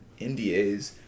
NDAs